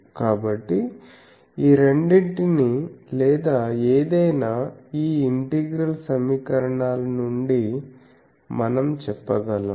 కాబట్టి ఈ రెండింటినీ లేదా ఏదైనా ఈ ఇంటిగ్రల్ సమీకరణాల నుండి మనం చెప్పగలం